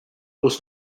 was